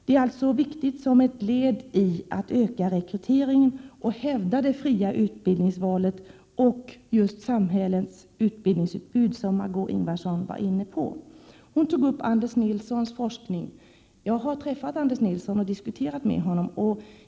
Det är viktigt som ett led i att öka rekryteringen, hävda det fria utbildningsvalet och samhällets utbildningsutbud, vilket Margé6 Ingvardsson var inne på. Hon nämnde Anders Nilssons forskning. Jag har träffat Anders Nilsson och diskuterat med honom.